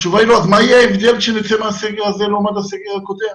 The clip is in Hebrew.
אז מה יהיה הבדל כשנצא מהסגר הזה לעומת הסגר הקודם?